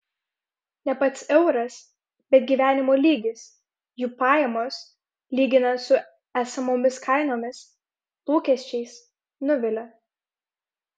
ne pats euras bet gyvenimo lygis jų pajamos lyginant su esamomis kainomis lūkesčiais nuvilia